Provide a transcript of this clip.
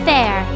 Fair